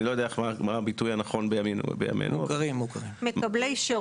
אני לא יודע מה הביטוי הנכון בימינו --- מקבלי שירות.